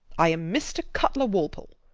i am mister cutler walpole.